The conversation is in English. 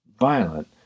violent